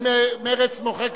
אם מרצ מוחקת,